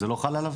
זה לא חל עליו